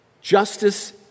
justice